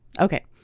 Okay